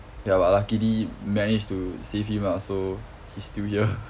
ya but luckily managed to save him lah so he's still here